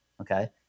okay